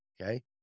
okay